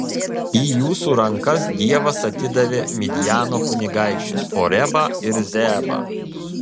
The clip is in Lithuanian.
į jūsų rankas dievas atidavė midjano kunigaikščius orebą ir zeebą